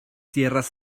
tierras